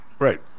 Right